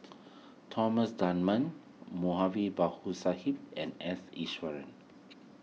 Thomas Dunman Moulavi Babu Sahib and S Iswaran